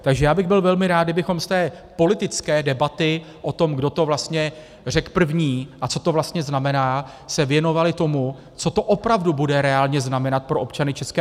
Takže já bych byl velmi rád, kdybychom z té politické debaty o tom, kdo to vlastně řekl první a co to vlastně znamená, se věnovali tomu, co to opravdu bude reálně znamenat pro občany ČR.